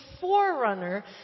forerunner